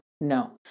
no